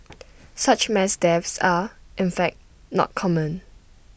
such mass deaths are in fact not common